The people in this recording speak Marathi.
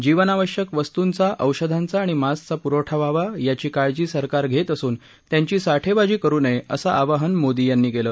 जीवनावश्यक वस्तूंचा औषधांचा आणि मास्कचा पुरवठा व्हावा याची काळजी सरकार घेत असून त्यांची साठेबाजी करु नये असं आवाहन मोदी यांनी केलं